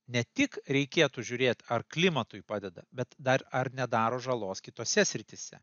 ne tik reikėtų žiūrėt ar klimatui padeda bet dar ar nedaro žalos kitose srityse